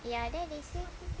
ya then they say